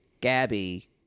Gabby